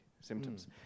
symptoms